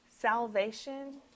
Salvation